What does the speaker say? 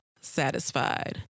satisfied